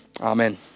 Amen